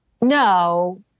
No